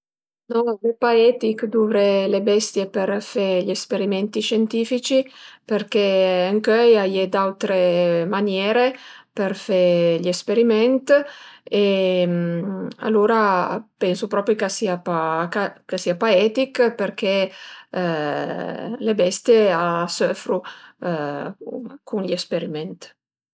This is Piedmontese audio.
No al e pa etich duvré le bestie për fe gli esperimenti scientifici përché ëncöi a ie d'autre maniere për fe gl'esperiment e alura pensu propri ch'a sia pa ch'a sia pa etich përché le bestie a söfru cun gl'esperiment